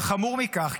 וחמור מכך,